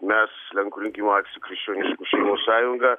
mes lenkų rinkimų akcija krikščioniškų šeimų sąjunga